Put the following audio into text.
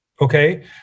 okay